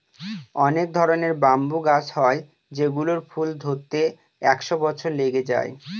অনেক ধরনের ব্যাম্বু গাছ হয় যেগুলোর ফুল ধরতে একশো বছর লেগে যায়